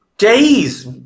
Days